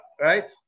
Right